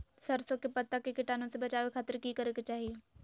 सरसों के पत्ता के कीटाणु से बचावे खातिर की करे के चाही?